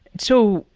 so,